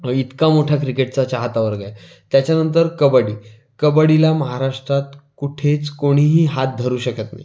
इतका मोठा क्रिकेटचा चाहता वर्ग आहे त्याच्यानंतर कबड्डी कबड्डीला महाराष्ट्रात कुठेच कोणीही हात धरू शकत नाही